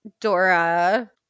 Dora